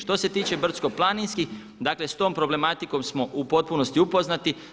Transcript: Što se tiče brdsko-planinskih, dakle, s tom problematikom smo u potpunosti upoznati.